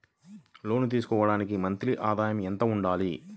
లోను తీసుకోవడానికి మంత్లీ ఆదాయము ఎంత ఉండాలి?